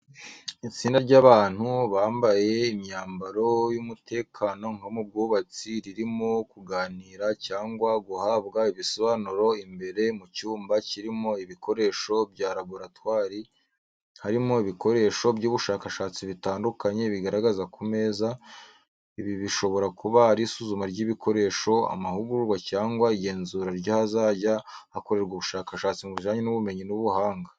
Itsinda ry’abantu bambaye imyambaro y’umutekano nko mu bwubatsi ririmo kuganira cyangwa guhabwa ibisobanuro imbere mu cyumba kirimo ibikoresho bya laboratwari. Hari ibikoresho by’ubushakashatsi bitandukanye bigaragara ku meza. Ibi bishobora kuba ari isuzuma ry’ibikoresho, amahugurwa cyangwa igenzura ry’ahazajya hakorerwa ubushakashatsi mu bijyanye n’ubumenyi n’ubuhanga.